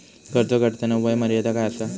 कर्ज काढताना वय मर्यादा काय आसा?